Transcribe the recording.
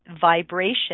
vibration